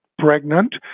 pregnant